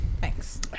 Thanks